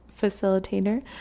facilitator